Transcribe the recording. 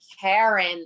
Karen